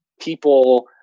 people